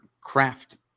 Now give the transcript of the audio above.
craft